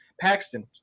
Paxton